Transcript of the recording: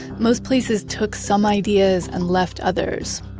most places took some ideas and left others.